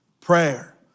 prayer